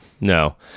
no